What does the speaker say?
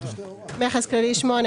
מכס כללי -8%.